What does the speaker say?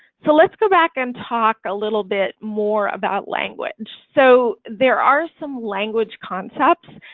so let's go back and talk a little bit more about language. so there are some language concepts